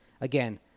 Again